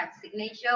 signature